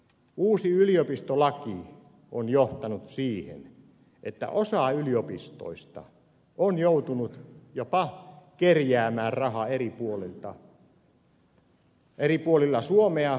uusi yliopistolaki on johtanut siihen että osa yliopistoista on joutunut jopa kerjäämään rahaa eri puolilla suomea